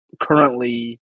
currently